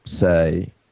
say